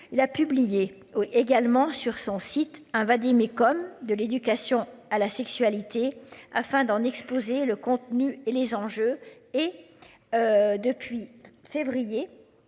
Il a publié également sur son site un vade-mecum de l'éducation à la sexualité afin d'en exposer le contenu et les gens je et. Depuis février.